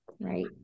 Right